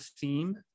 theme